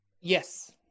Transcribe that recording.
Yes